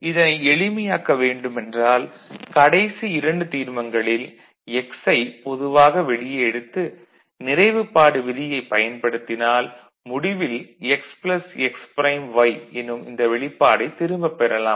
இதனை எளிமையாக்க வேண்டுமென்றால் கடைசி இரண்டு தீர்மங்களில் x ஐப் பொதுவாக வெளியே எடுத்து நிறைவுப்பாடு விதியைப் பயன்படுத்தினால் முடிவில் x x ப்ரைம் y எனும் இந்த வெளிப்பாடைத் திரும்பப் பெறலாம்